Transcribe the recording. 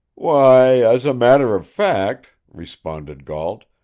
why, as a matter of fact, responded gault,